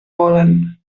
volen